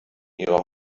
ihrer